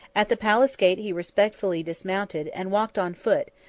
at the palace-gate he respectfully dismounted, and walked on foot,